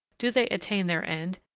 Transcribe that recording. do they attain their end,